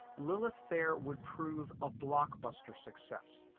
lilith fair would prove a blockbuster success.